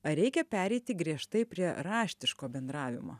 ar reikia pereiti griežtai prie raštiško bendravimo